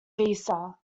visa